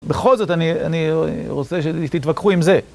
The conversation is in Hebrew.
בכל זאת, אני... אה... אני רוצה שתתווכחו עם זה.